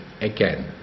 again